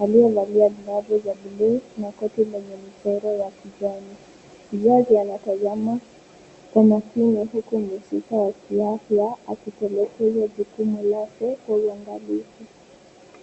aliye valia glavu za bluu na koti lenye michoro ya kijani. Mzazi anatazama kwa makini huku mhusika wa kiafya akitekeleza jukumu lake kwa uangalifu.